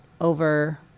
over